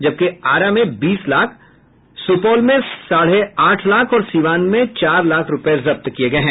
जबकि आरा में बीस लाख सुपौल में साढ़े आठ लाख और सिवान में चार लाख रूपये जब्त किये गये हैं